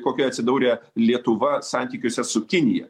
kokioj atsidūrė lietuva santykiuose su kinija